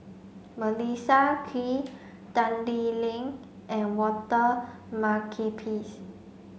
Melissa Kwee Tan Lee Leng and Walter Makepeace